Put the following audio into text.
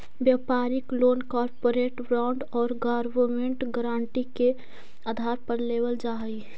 व्यापारिक loan corporate bond और government guarantee के आधार पर देवल जा हई